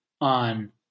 on